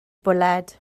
bwled